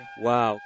Wow